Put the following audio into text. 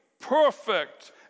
perfect